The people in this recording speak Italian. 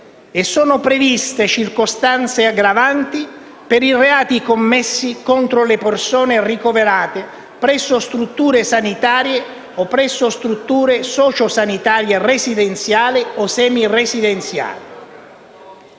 e sono previste circostanze aggravanti per i reati commessi contro le persone ricoverate presso strutture sanitarie o presso strutture sociosanitarie residenziali o semiresidenziali.